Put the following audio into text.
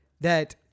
that-